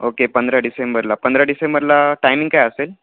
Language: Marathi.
ओके पंधरा डिसेंबरला पंधरा डिसेंबरला टायमिंग काय असेल